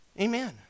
amen